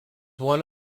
one